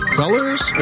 colors